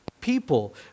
people